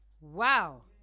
Wow